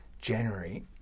January